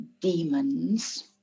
demons